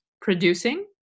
producing